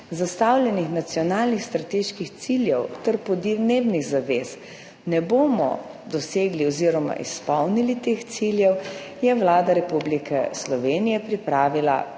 zastavljenih nacionalnih strateških ciljev ter podnebnih zavez ne bomo dosegli oziroma izpolnili teh ciljev, je Vlada Republike Slovenije pripravila Predlog